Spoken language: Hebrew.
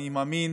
אני מאמין